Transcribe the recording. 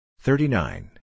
thirty-nine